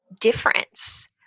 difference